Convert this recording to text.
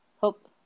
hope